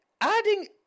adding